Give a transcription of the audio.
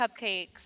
cupcakes